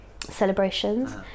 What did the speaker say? celebrations